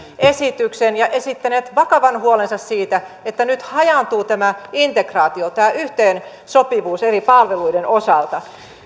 esityksen ja esittäneet vakavan huolensa siitä että nyt hajaantuu tämä integraatio tämä yhteensopivuus eri palveluiden osalta